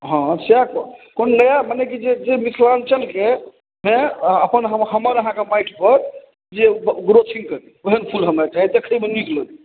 हँ सएह कोन नया मने कि जे मिथिलाञ्चलके मे अपन हमर अहाँके माटिपर जे ग्रोथिन्ग करी ओहन फूल हमरा चाही देखैमे नीक लगै